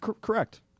Correct